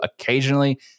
occasionally